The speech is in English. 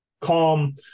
calm